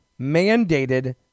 mandated